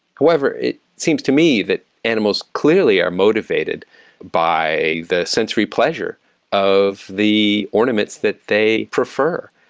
however, it seems to me that animals clearly are motivated by the sensory pleasure of the ornaments that they prefer,